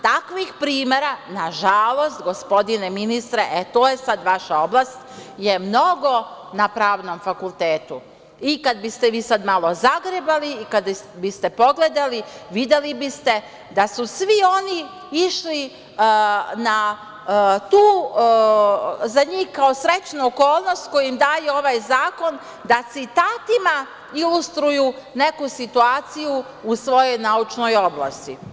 Takvih primera, nažalost, gospodine ministre, e to je sad vaša oblast, je mnogo na pravnom fakultetu, i kad biste vi sad malo zagrebali, kada biste pogledali, videli biste da su svi oni išli na tu za njih kao srećnu okolnost kojim daje ovaj zakon da citatima ilustruju neku situaciju u svojoj naučnoj oblasti.